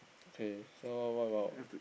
okay so what about